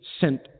sent